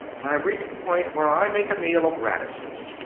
i've reached the point where i make a meal of radishes.